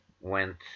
went